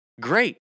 great